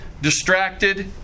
distracted